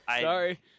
Sorry